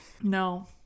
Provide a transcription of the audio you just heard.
no